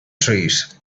trees